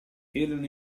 erano